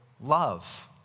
love